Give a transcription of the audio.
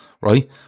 right